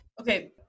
okay